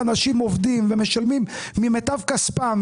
אנשים עובדים ומשלמים ממיטב כספם,